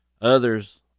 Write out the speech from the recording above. others